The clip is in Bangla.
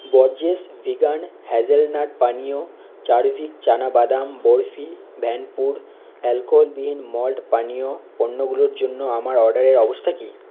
বর্জেস ভিগান হ্যাজেলনাট পানীয় চারভিক চানা বাদাম বরফি ভ্যানপুর অ্যালকোহলবিহীন মল্ট পানীয় পণ্যগুলোর জন্য আমার অর্ডারের অবস্থা কী